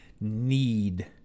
need